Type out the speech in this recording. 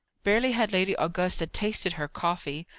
barely had lady augusta tasted her coffee,